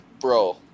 Bro